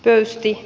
öisti